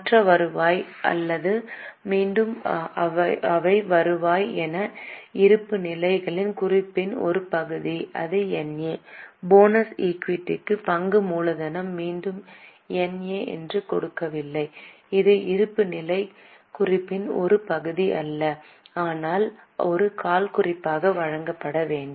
மற்ற வருவாய் மீண்டும் அவை வருவாய் எனவே இருப்புநிலைக் குறிப்பின் ஒரு பகுதி அதை என் ஏ போனஸ் ஈக்விட்டி பங்கு மூலதனம் மீண்டும் என் ஏ எனக் கொடுக்கவில்லை இது இருப்புநிலைக் குறிப்பின் ஒரு பகுதி அல்ல ஆனால் ஒரு கால் குறிப்பாக வழங்கப்பட வேண்டும்